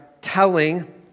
telling